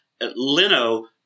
Leno